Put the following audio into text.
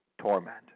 torment